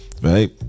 Right